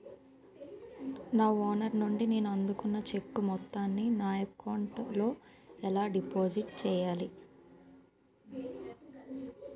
నా ఓనర్ నుండి నేను అందుకున్న చెక్కు మొత్తాన్ని నా అకౌంట్ లోఎలా డిపాజిట్ చేయాలి?